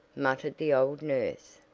muttered the old nurse,